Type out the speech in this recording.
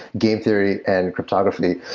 game theory and cryptography.